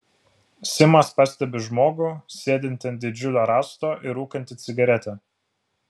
simas pastebi žmogų sėdintį ant didžiulio rąsto ir rūkantį cigaretę